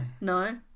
No